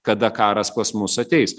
kada karas pas mus ateis